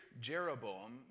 Jeroboam